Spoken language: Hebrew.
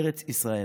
ארץ ישראל.